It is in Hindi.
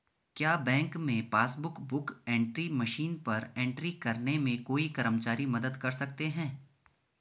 क्या बैंक में पासबुक बुक एंट्री मशीन पर एंट्री करने में कोई कर्मचारी मदद कर सकते हैं?